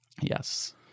Yes